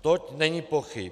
O tom není pochyb.